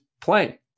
play